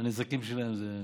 הנזקים שלהם זה,